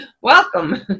Welcome